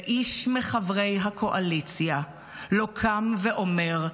ואיש מחברי הקואליציה לא קם ואומר,